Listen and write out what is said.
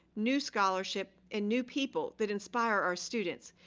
new scholarship, and new people that inspire our students,